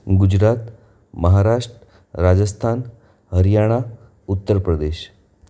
Gujarat Maharashtra Rajasthan Haryana Uttar Pradesh